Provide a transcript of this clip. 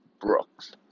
Brooks